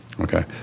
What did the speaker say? Okay